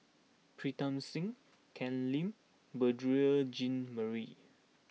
Pritam Singh Ken Lim Beurel Jean Marie